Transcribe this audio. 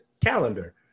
calendar